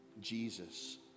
Jesus